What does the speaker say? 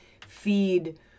feed